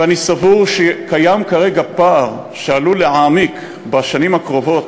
ואני סבור שקיים כרגע פער שעלול להעמיק בשנים הקרובות,